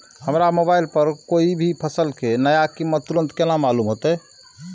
हमरा मोबाइल पर कोई भी फसल के नया कीमत तुरंत केना मालूम होते?